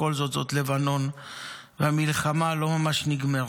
כי בכל זאת זו לבנון והמלחמה לא ממש נגמרה.